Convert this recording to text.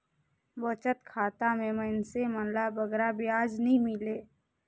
बचत खाता में मइनसे मन ल बगरा बियाज नी मिले